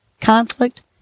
conflict